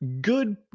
good